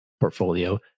portfolio